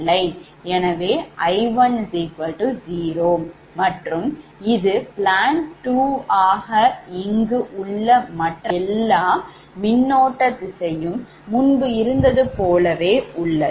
எனவே I1 0 மற்றும் இது plant 2 ஆக இங்கு உள்ள மற்ற எல்லா மின்னோட்ட திசையும் முன்பு இருந்தது போலவே உள்ளது